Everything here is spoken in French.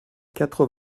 quatre